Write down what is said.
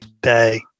day